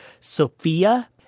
Sophia